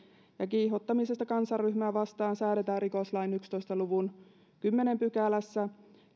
kiihottamisesta kansanryhmää vastaan säädetään rikoslain yhdentoista luvun kymmenennessä pykälässä